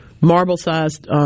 marble-sized